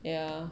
ya